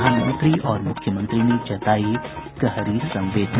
प्रधानमंत्री और मुख्यमंत्री ने जतायी गहरी संवेदना